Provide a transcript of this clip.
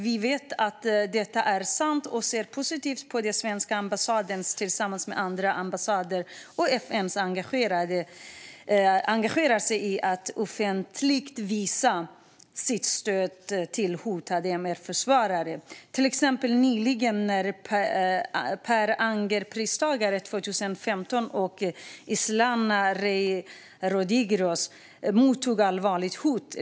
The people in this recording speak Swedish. Vi vet att detta är sant och ser positivt på att svenska ambassaden, tillsammans med andra ambassader och FN, engagerar sig i att offentligt visa sitt stöd för hotade MR-försvarare. Till exempel mottog Per Anger-pristagaren 2015, Islena Rey Rodríguez, allvarliga hot.